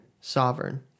sovereign